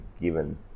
given